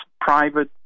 private